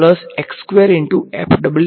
તેથી બરાબર